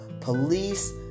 police